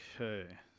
Okay